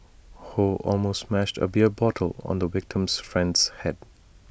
ho almost smashed A beer bottle on the victim's friend's Head